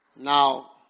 Now